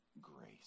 grace